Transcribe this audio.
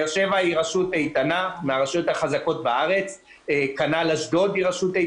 באר שבע היא מהרשויות החזקות בארץ וכנ"ל גם אשדוד.